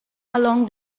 along